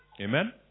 Amen